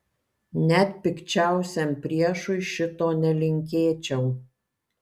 net pikčiausiam priešui šito nelinkėčiau